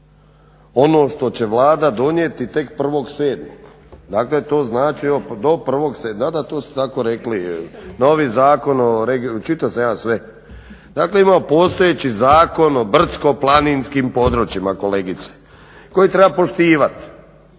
ono što će Vlada donijeti tek 1.7.dakle to znači evo do 1.7., da, da to ste tako rekli, novi zakon čitao sam ja sve. Dakle imamo postojeći Zakon o brdsko-planinskim područjima kolegice koji treba poštivati